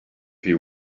you